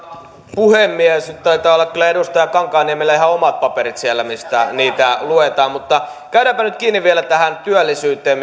puhemies taitaa olla kyllä edustaja kankaanniemellä ihan omat paperit siellä mistä niitä luetaan käydäänpä nyt kiinni vielä tähän työllisyyteen